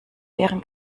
deren